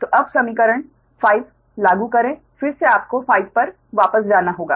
तो अब समीकरण 5 लागू करें फिर से आपको समीकरण 5 पर वापस जाना होगा